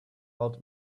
our